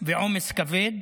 ועומס כבד.